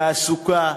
תעסוקה,